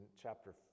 chapter